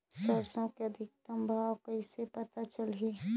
सरसो के अधिकतम भाव कइसे पता चलही?